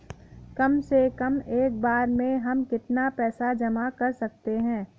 कम से कम एक बार में हम कितना पैसा जमा कर सकते हैं?